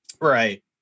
Right